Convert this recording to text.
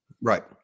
Right